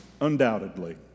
undoubtedly